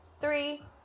three